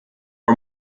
are